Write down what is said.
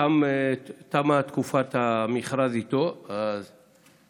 תמה תקופת המכרז איתו, אז?